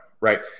right